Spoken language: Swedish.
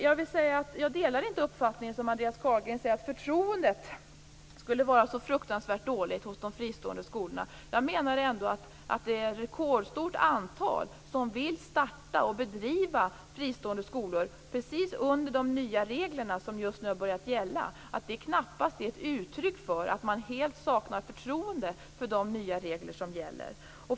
Jag vill säga att jag inte delar uppfattningen att man saknar förtroende på de fristående skolorna, vilket Andreas Carlgren säger. Jag menar ändå att ett rekordstort antal vill starta och bedriva fristående skolor under de nya regler som just har börjat gälla. Det är knappast ett uttryck för att man helt saknar förtroende för de nya regler som gäller.